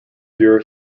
year